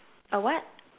a what